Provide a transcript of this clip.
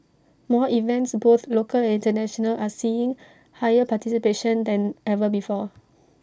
more events both local and International are seeing higher participation than ever before